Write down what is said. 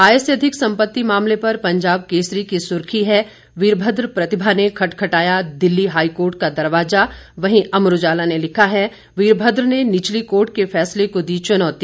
आय से अधिक संपति मामले पर पंजाब केसरी की सुर्खी है वीरभद्र प्रतिभा ने खटखटाया दिल्ली हाईकोर्ट का दरवाजा वहीं अमर उजाला ने लिखा है वीरभद्र ने निचली कोर्ट के फैसले को दी चुनौती